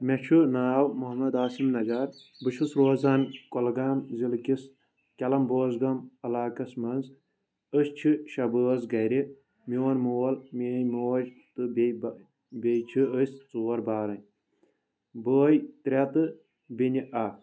مےٚ چھُ ناو محمد آسم نجار بہٕ چھُس روزان کُلگام زلہٕ کس کٮ۪لم بوزگم علاقس منٛز أسۍ چھِ شیٚے بٲژ گرِ میون مول میٲنۍ موج تہٕ بییہ بہٕ بییہِ چھِ أسۍ ژور بارِن بٲے ترٛےٚ تہٕ بینہِ اکھ